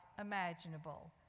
imaginable